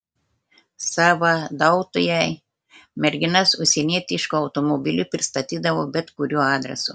sąvadautojai merginas užsienietišku automobiliu pristatydavo bet kuriuo adresu